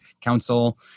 Council